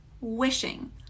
wishing